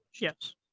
Yes